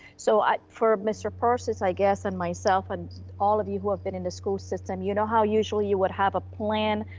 so for mr. persis, i guess and myself and all of you who have been in the school system, you know how usually you would have a plan,